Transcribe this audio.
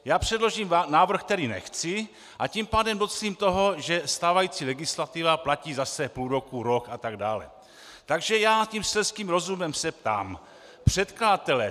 Já předložím návrh, který nechci, a tím pádem docílím toho, že stávající legislativa platí zase půl roku, rok atd., takže já tím selským rozumem se ptám předkladatele.